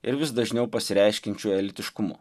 ir vis dažniau pasireiškiančiu elitiškumu